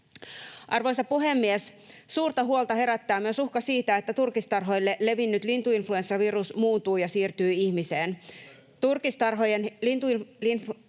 Arvoisa puhemies! Suurta huolta herättää myös uhka siitä, että turkistarhoille levinnyt lintuinfluenssavirus muuntuu ja siirtyy ihmiseen.